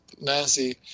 Nancy